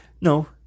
No